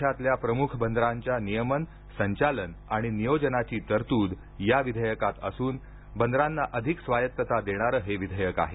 देशातल्या प्रमुख बंदरांच्या नियमन संचालन आणि नियोजनाची तरतूद या विधेयकात असून बंदरांना अधिक स्वायत्तता देणारं हे विधेयक आहे